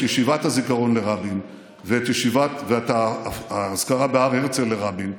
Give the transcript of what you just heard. ישיבת הזיכרון לרבין ואת האזכרה בהר הרצל לרבין,